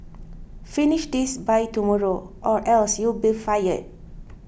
finish this by tomorrow or else you'll be fired